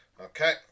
Okay